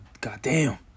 goddamn